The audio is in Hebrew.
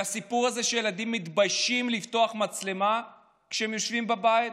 והסיפור הזה שילדים מתביישים לפתוח מצלמה כשהם יושבים בבית,